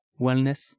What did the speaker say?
wellness